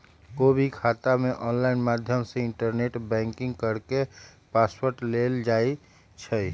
कोई भी खाता के ऑनलाइन माध्यम से इन्टरनेट बैंकिंग करके पासवर्ड लेल जाई छई